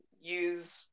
use